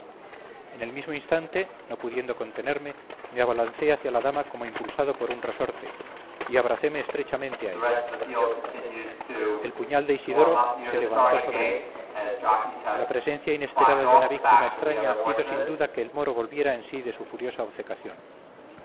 en el mismo instante no pudiendo contenerme me abalancé hacia la dama como impulsado por un resorte y abracéme estrechamente a ella el puñal de isidoro se levantó sobre mí la presencia inesperada de una víctima extraña hizo sin duda que el moro volviera en sí de su furiosa obcecación